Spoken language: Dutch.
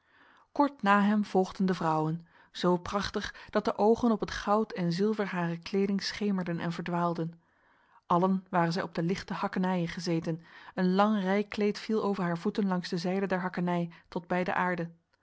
kort na hem volgden de vrouwen zo prachtig dat de ogen op het goud en zilver harer kleding schemerden en verdwaalden allen waren zij op lichte hakkenijen gezeten een lang rijkleed viel over haar voeten langs de zijde der hakkenij tot bij de aarde